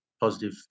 positive